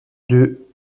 deux